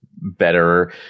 better